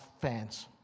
fans